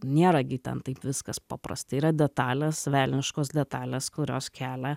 nėra gi ten taip viskas paprastai yra detalės velniškos detalės kurios kelia